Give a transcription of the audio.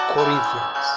Corinthians